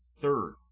Third